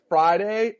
Friday